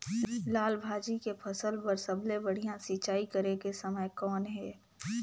लाल भाजी के फसल बर सबले बढ़िया सिंचाई करे के समय कौन हे?